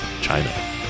China